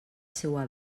seua